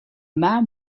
man